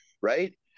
right